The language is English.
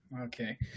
Okay